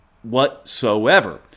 whatsoever